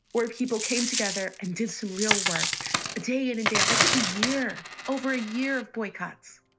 where people came together and did some real work ah day in and day out that took a year over a year of boycotts,